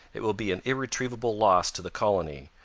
it will be an irretrievable loss to the colony,